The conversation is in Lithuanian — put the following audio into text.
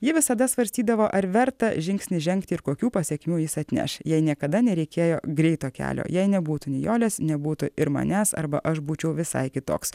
ji visada svarstydavo ar verta žingsnį žengti ir kokių pasekmių jis atneš jai niekada nereikėjo greito kelio jei nebūtų nijolės nebūtų ir manęs arba aš būčiau visai kitoks